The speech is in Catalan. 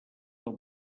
del